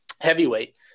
heavyweight